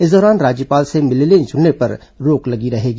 इस दौरान राज्यपाल से मिलने जुलने पर रोक लगी रहेगी